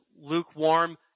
lukewarm